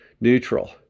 neutral